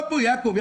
מי